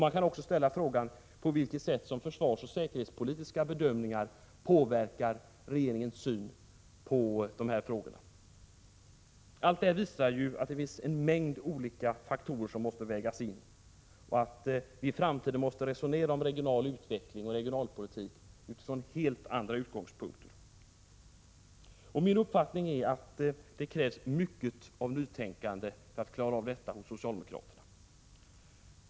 Man kan också ställa frågan på vilket sätt som försvarsoch säkerhetspolitiska bedömningar påverkar regeringens syn på dessa frågor. Allt detta visar ju att det finns en mängd olika faktorer som måste vägas in. Vi måste i framtiden resonera om den regionala utvecklingen och regionalpolitiken utifrån helt andra utgångspunkter. Min uppfattning är att det krävs mycket av nytänkande hos socialdemokraterna för att klara av detta.